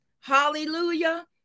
Hallelujah